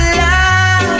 love